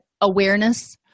awareness